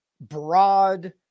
broad